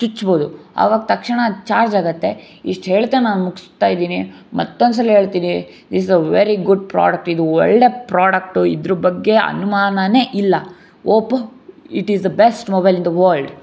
ಚುಚ್ಬೋದು ಅವಾಗ ತಕ್ಷಣ ಚಾರ್ಜ್ ಆಗುತ್ತೆ ಇಷ್ಟು ಹೇಳ್ತಾ ನಾನು ಮುಗಿಸ್ತಾ ಇದ್ದೀನಿ ಮತ್ತೊಂದ್ಸಲ ಹೇಳ್ತೀನಿ is a very good product ಇದು ಒಳ್ಳೆ ಪ್ರೋಡಕ್ಟು ಇದ್ರ ಬಗ್ಗೆ ಅನುಮಾನನೇ ಇಲ್ಲ Oppo it is the best mobile in the world